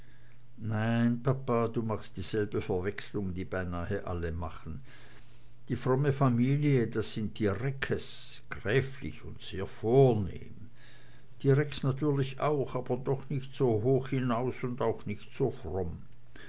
nein papa du machst dieselbe verwechslung die beinah alle machen die fromme familie das sind die reckes gräflich und sehr vornehm die rex natürlich auch aber doch nicht so hoch hinaus und auch nicht so fromm